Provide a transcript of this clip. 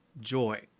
joy